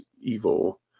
evil